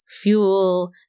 fuel